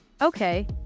Okay